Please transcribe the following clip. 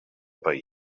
pair